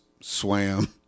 swam